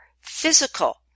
physical